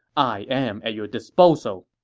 i am at your disposal!